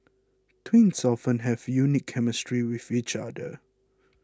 twins often have a unique chemistry with each other